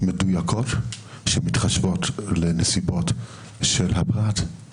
מדויקות שמתחשבות בנסיבות של הפרט.